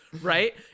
Right